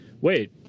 wait